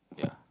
yeah